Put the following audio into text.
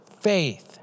faith